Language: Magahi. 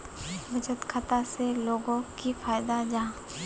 बचत खाता से लोगोक की फायदा जाहा?